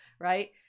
right